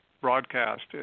broadcast